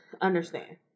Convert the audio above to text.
understand